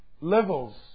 levels